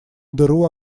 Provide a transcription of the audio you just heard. дыру